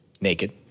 Naked